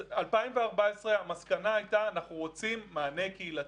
אז 2014, המסקנה הייתה, אנחנו רוצים מענה קהילתי.